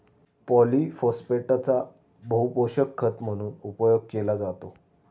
पॉलिफोस्फेटचा बहुपोषक खत म्हणून उपयोग केला जातो